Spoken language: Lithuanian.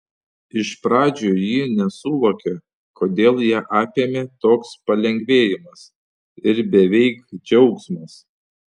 iš pradžių ji nesuvokė kodėl ją apėmė toks palengvėjimas ir beveik džiaugsmas